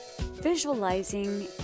Visualizing